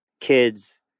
kids